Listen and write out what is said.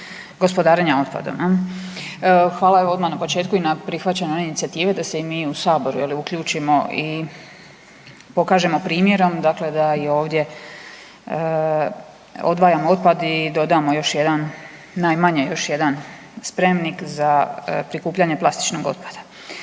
gospodarenja otpadom. Hvala evo odmah na početku i na prihvaćanju one inicijative da se i mi u saboru je li uključimo i pokažemo primjerom dakle da i ovdje odvajamo otpad i dodamo još jedan, najmanje još jedan spremnik za prikupljanje plastičnog otpada.